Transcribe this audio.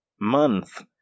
month